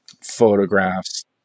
photographs